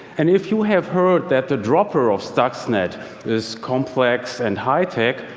and if you have heard that the dropper of stuxnet is complex and high-tech,